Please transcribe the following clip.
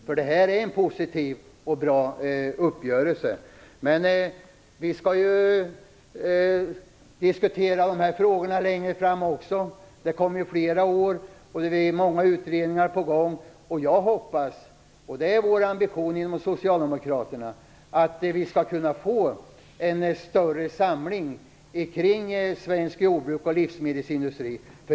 För det här är en positiv och bra uppgörelse. Men vi skall diskutera de här frågorna längre fram också. Det kommer fler år och det är många utredningar på gång. Jag hoppas, och det är vår ambition inom Socialdemokraterna, att vi skall kunna få en större samling kring svensk jordbruks och livsmedelsindustri.